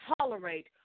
tolerate